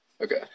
Okay